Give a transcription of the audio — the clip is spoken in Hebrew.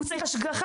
הוא צריך השגחה.